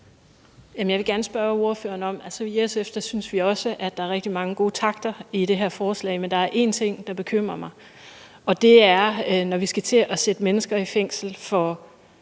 jeg gerne vil spørge ordføreren om. I SF synes vi også, at der er rigtig mange gode takter i det her forslag, men der er én ting, der bekymrer mig, og det er, at vi skal til at sætte mennesker i fængsel for